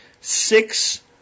Six